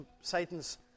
Satan's